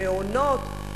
מעונות,